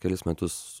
kelis metus